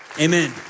Amen